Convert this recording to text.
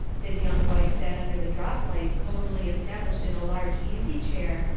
his young wife sat under the drop-light cosily established in a large easy-chair,